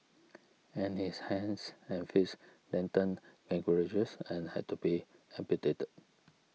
but his hands and fits then turned gangrenous and had to be amputated